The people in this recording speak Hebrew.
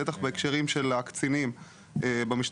בטח בהקשרים של הקצינים במשטרה.